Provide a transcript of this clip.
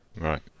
Right